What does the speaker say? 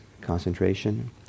concentration